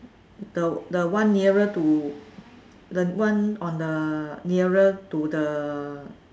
the the one nearer to the one on the nearer to the